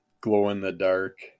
glow-in-the-dark